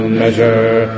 measure